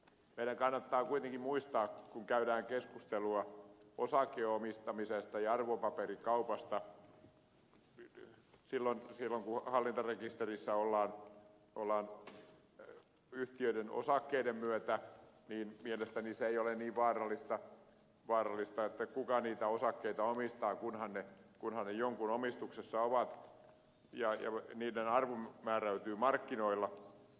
meidän kannattaa kuitenkin muistaa kun käydään keskustelua osakeomistamisesta ja arvopaperikaupasta että silloin kun hallintarekisterissä ollaan yhtiöiden osakkeiden myötä niin mielestäni se ei ole niin vaarallista kuka niitä osakkeita omistaa kunhan ne jonkun omistuksessa ovat ja niiden arvo määräytyy markkinoilla